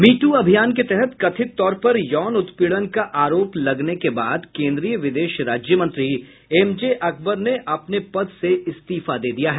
मी too अभियान के तहत कथित तौर पर यौन उत्पीड़न का आरोप लगने के बाद केंद्रीय विदेश राज्य मंत्री एमजे अकबर ने अपने पद से इस्तीफा दे दिया है